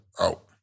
out